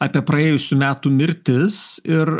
apie praėjusių metų mirtis ir